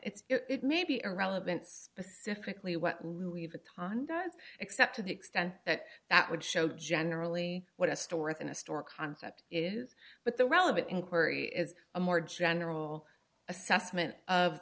it's it may be irrelevant specifically what louisville tang does except to the extent that that would show generally what a store and a store concept is but the relevant inquiry is a more general assessment of